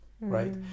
right